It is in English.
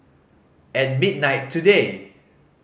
at midnight today